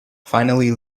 finally